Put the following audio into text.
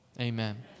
amen